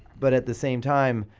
but at the same time,